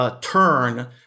Turn